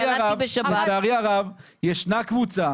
אבל לצערי הרב ישנה קבוצה